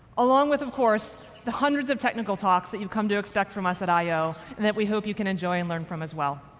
along with, of course, the hundreds of technical talks that you've come to expect from us at i o that we hope you can enjoy and learn from as well.